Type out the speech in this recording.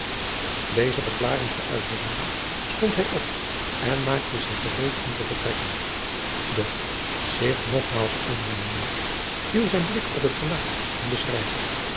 deze verklaring gëuit hebbende stond hij op en maakte zich gereed om te vertrekken doch zich nogmaals omwendende viel zijn blik op het gelaat van den schrijver